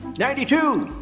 ninety two.